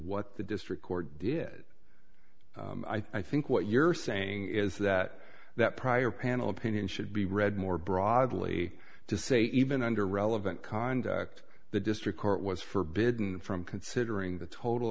what the district court did i think what you're saying is that that prior panel opinion should be read more broadly to say even under relevant conduct the district court was forbidden from considering the total